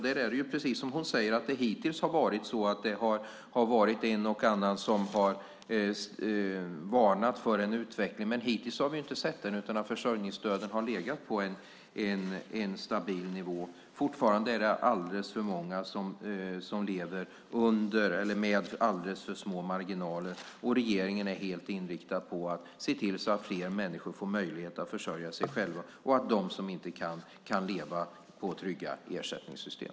Det är precis som hon säger; hittills har det varit en och annan som har varnat för en viss utveckling. Men hittills har vi inte sett den, utan försörjningsstöden har legat på en stabil nivå. Fortfarande är det alldeles för många som lever utan eller med alldeles för små marginaler. Regeringen är helt inriktad på att se till så att fler människor får möjlighet att försörja sig själva och att de som inte kan det kan leva på trygga ersättningssystem.